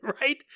right